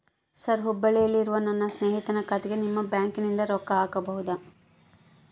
Sir ಹುಬ್ಬಳ್ಳಿಯಲ್ಲಿ ಇರುವ ನನ್ನ ಸ್ನೇಹಿತನ ಖಾತೆಗೆ ನಿಮ್ಮ ಬ್ಯಾಂಕಿನಿಂದ ರೊಕ್ಕ ಹಾಕಬಹುದಾ?